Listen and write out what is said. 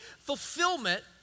fulfillment